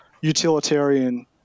utilitarian